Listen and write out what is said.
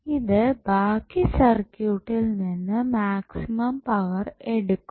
ഇത് ബാക്കി സർക്യൂട്ടിൽ നിന്ന് മാക്സിമം പവർ എടുക്കും